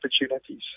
opportunities